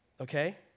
Okay